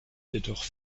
jedoch